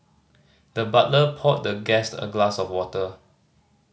the butler poured the guest a glass of water